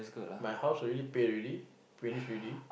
my house already pay already finish already